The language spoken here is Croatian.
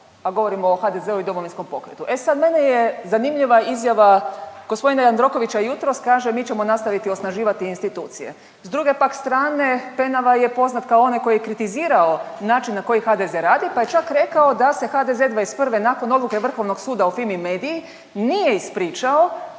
a govorimo o HDZ-u i DP-u. E sad meni je zanimljiva izjava g. Jandrokovića jutros kaže mi ćemo nastaviti osnaživati institucije. S druge pak strane Penava je poznat kao onaj koji je kritizirao način na koji HDZ radi pa je čak rekao da se HDZ '21. nakon odluke Vrhovnog suda o Fimi Mediji nije ispričao